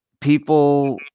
people